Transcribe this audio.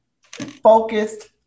focused